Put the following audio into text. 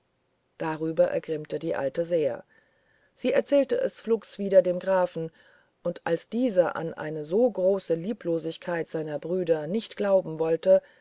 darüber ergrimmte die alte sehr sie erzählte es flugs wieder dem grafen und als dieser an eine so große lieblosigkeit seiner brüder nicht glauben wollte